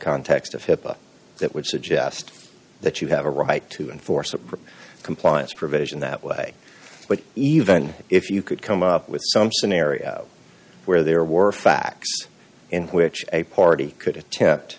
context of hipaa that would suggest that you have a right to enforce a propos compliance provision that way but even if you could come up with some scenario where there were facts in which a party could attempt